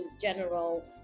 general